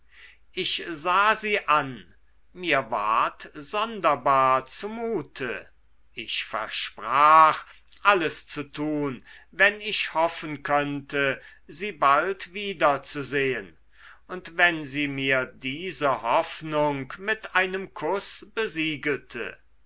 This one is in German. ich sah sie an mir ward sonderbar zumute ich versprach alles zu tun wenn ich hoffen könnte sie bald wieder zu sehen und wenn sie mir diese hoffnung mit einem kuß besiegelte